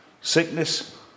Sickness